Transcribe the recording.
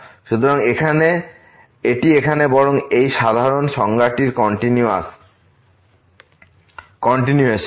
সুতরাং এটি এখানে বরং এই সাধারণ সংজ্ঞাটির কন্টিনিয়েসন